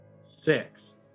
Six